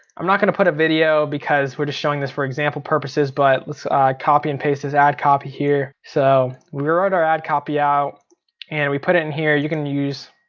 i'm not gonna put a video because we're just showing this for example purposes, but let's copy and paste this ad copy here. so we wrote our ad copy out and we put it in here, you can use,